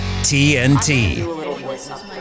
tnt